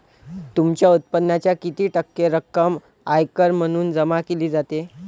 तुमच्या उत्पन्नाच्या किती टक्के रक्कम आयकर म्हणून जमा केली जाते?